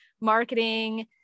marketing